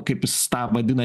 kaip jis tą vadina